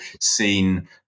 seen